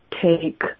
take